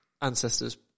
ancestors